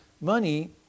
money